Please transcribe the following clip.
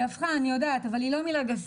היא הפכה, אני יודעת, אבל היא לא מילה גסה.